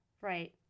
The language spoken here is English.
Right